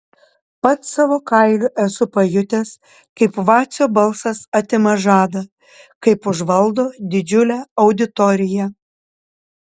pats savo kailiu esu pajutęs kaip vacio balsas atima žadą kaip užvaldo didžiulę auditoriją